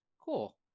Cool